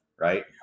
right